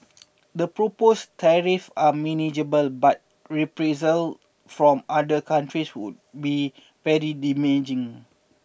the proposed tariffs are manageable but reprisal from other countries would be very damaging